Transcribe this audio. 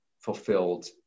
fulfilled